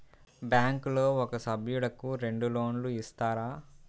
బ్యాంకులో ఒక సభ్యుడకు రెండు లోన్లు ఇస్తారా?